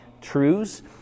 truths